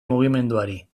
mugimenduari